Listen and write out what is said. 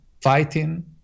fighting